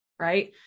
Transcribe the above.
right